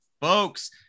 folks